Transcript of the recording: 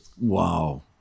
Wow